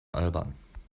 albern